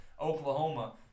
Oklahoma